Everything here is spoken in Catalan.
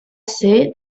ser